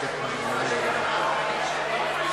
והחשיפה לעישון (תיקון,